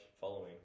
following